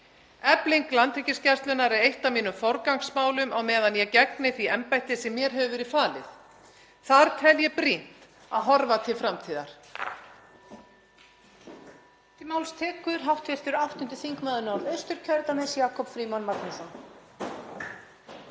Efling Landhelgisgæslunnar er eitt af mínum forgangsmálum á meðan ég gegni því embætti sem mér hefur verið falið. Þar tel ég brýnt að horfa til framtíðar.